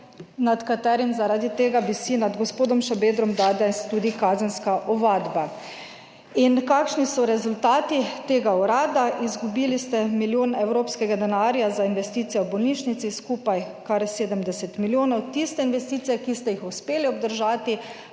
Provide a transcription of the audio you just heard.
nad katerim zaradi tega visi nad gospodom Šabedrom danes tudi kazenska ovadba. In kakšni so rezultati tega urada? Izgubili ste milijon evropskega denarja za investicije v bolnišnici, skupaj kar 70 milijonov. Tiste investicije, ki ste jih uspeli obdržati,